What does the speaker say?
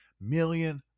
million